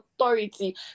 authority